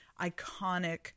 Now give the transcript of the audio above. iconic